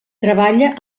treballa